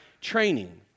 training